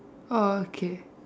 okay